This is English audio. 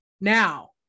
Now